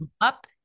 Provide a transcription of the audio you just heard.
up